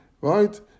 right